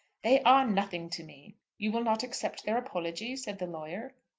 they are nothing to me. you will not accept their apology? said the lawyer.